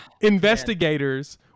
investigators